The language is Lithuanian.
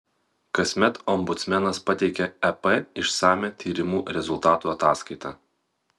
kasmet ombudsmenas pateikia ep išsamią tyrimų rezultatų ataskaitą